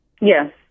Yes